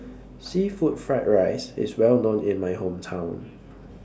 Seafood Fried Rice IS Well known in My Hometown